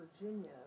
Virginia